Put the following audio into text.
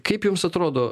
kaip jums atrodo